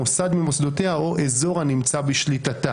מוסד ממוסדותיה או אזור הנמצא בשליטה,